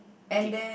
okay